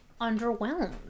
underwhelmed